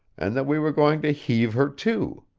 and that we were going to heave her to.